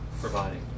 providing